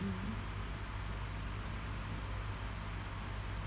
mm